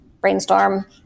brainstorm